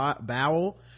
bowel